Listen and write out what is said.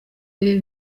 ibi